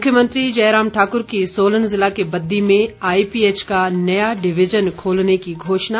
मुख्यमंत्री जयराम ठाकुर की सोलन जिला के बद्दी में आईपीएच का नया डिविजन खोलने की घोषणा